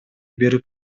берип